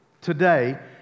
today